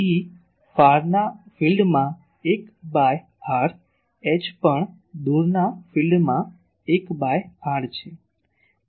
E ફારના ફિલ્ડમાં 1 by r H પણ દુર ના ફિલ્ડમાં 1 બાય r છે